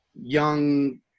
young